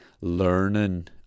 learning